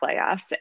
playoffs